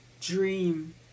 dream